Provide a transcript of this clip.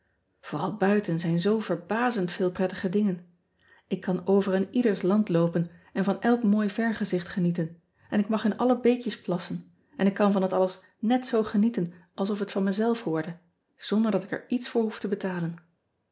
ooral buiten zijn zoo verbazend veel prettige dingen k kan over een ieders land loopen en van elk mooi vergezicht genieten en ik mag in alle beekjes plassen en ik kan van dat alles niet zoo ge ieten alsof het van me zelf hoorde zonder dat ik er iets voor hoef te betalen